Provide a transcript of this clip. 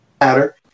matter